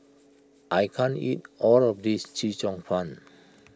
I can't eat all of this Chee Cheong Fun